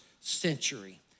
century